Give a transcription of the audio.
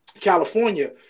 California